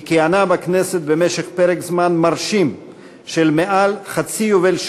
היא כיהנה בכנסת במשך פרק זמן מרשים של מעל חצי יובל,